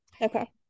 Okay